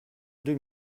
deux